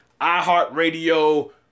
iHeartRadio